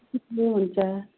चिप्लो हुन्छ